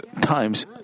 times